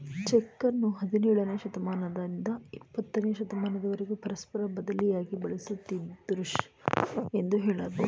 ಚೆಕ್ಕನ್ನು ಹದಿನೇಳನೇ ಶತಮಾನದಿಂದ ಇಪ್ಪತ್ತನೇ ಶತಮಾನದವರೆಗೂ ಪರಸ್ಪರ ಬದಲಿಯಾಗಿ ಬಳಸುತ್ತಿದ್ದುದೃ ಎಂದು ಹೇಳಬಹುದು